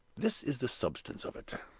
this is the substance of it.